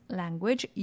language